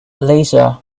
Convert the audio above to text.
lisa